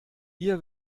ihr